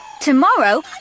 tomorrow